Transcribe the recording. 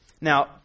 Now